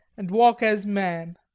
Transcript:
and walk as man.